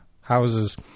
houses